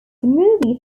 movie